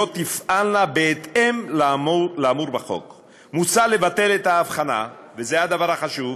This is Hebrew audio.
תודה לסגן שר החינוך מאיר פרוש.